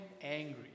angry